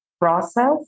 process